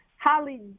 Holly